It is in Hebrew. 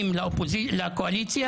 לא רק מינוי יהודי, זה לא מספיק.